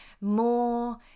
more